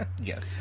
Yes